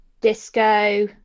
disco